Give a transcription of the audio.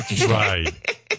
Right